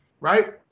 right